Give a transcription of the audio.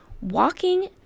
Walking